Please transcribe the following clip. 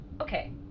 Okay